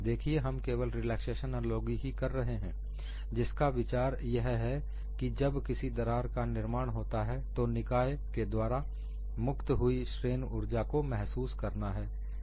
देखिए हम केवल रिलैक्सेशन एनालॉगी ही कर रहे हैं जिसका विचार यह है कि जब किसी दरार का निर्माण होता है तो निकाय के द्वारा मुक्त हुई स्ट्रेन ऊर्जा को महसूस करना है